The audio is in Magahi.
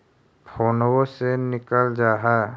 फोनवो से निकल जा है?